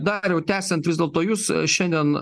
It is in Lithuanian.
dariau tęsiant vis dėlto jūs šiandien